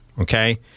Okay